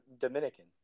Dominican